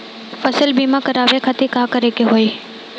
फसल बीमा करवाए खातिर का करे के होई?